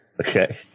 Okay